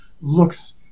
looks